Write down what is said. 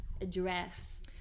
address